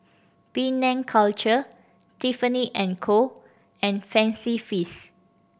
Penang Culture Tiffany and Co and Fancy Feast